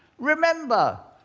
remember,